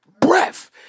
breath